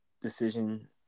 decision